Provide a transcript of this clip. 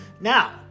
Now